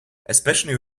especially